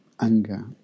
anger